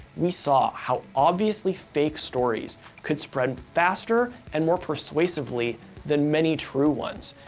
we saw how obviously fake stories could spread faster and more persuasively than many true ones.